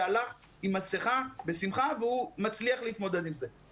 והלך עם מסכה בשמחה והוא מצליח להתמודד עם זה.